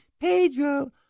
Pedro